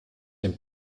den